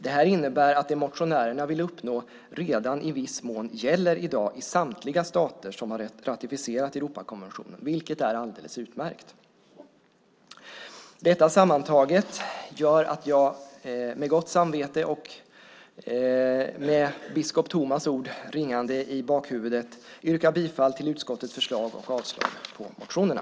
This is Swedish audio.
Det här innebär att det motionärerna vill uppnå redan i viss mån gäller i dag i samtliga stater som har ratificerat Europakonventionen, vilket är alldeles utmärkt. Detta sammantaget gör att jag med gott samvete och med biskop Tomas ord ringande i bakhuvudet yrkar bifall till utskottets förslag och avslag på motionerna.